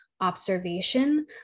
observation